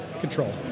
Control